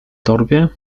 torbie